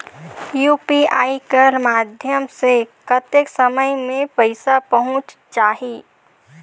UPI कर माध्यम से कतेक समय मे पइसा पहुंच जाहि?